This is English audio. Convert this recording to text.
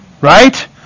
Right